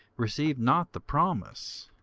received not the promise